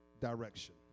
direction